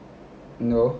no